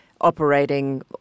operating